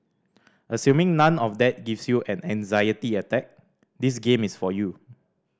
assuming none of that gives you an anxiety attack this game is for you